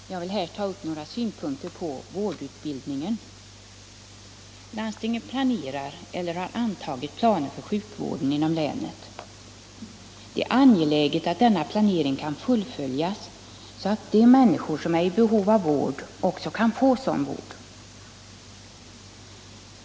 Herr talman! Jag vill här ta upp några synpunkter på vårdutbildningen. Landstingen planerar eller har antagit planer för sjukvården inom länet. Det är angeläget att denna planering kan fullföljas, så att de människor som är i behov av vård också kan få sådan.